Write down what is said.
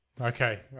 Okay